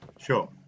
sure